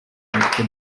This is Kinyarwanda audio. umutwe